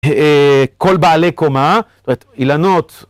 כל בעלי קומה, זאת אומרת אילנות.